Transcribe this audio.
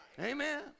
Amen